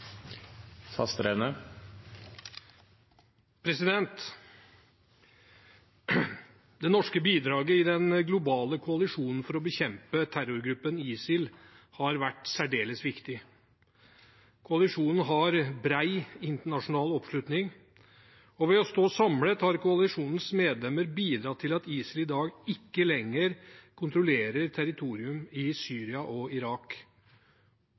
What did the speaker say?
Det norske bidraget i den globale koalisjonen for å bekjempe terrorgruppen ISIL har vært særdeles viktig. Koalisjonen har bred internasjonal oppslutning, og ved å stå samlet har koalisjonens medlemmer bidratt til at ISIL i dag ikke lenger kontrollerer territorium i Syria og Irak.